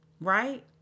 Right